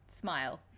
smile